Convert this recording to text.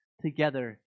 together